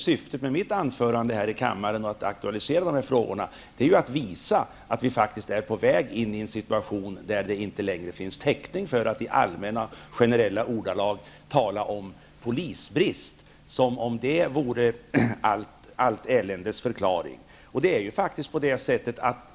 Syftet med det att jag aktualiserade dessa frågor var att visa att vi faktiskt är på väg in i en situation där det inte längre finns täckning för att i allmänna och generella ordalag tala om polisbrist som om den vore förklaring till allt elände.